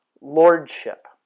lordship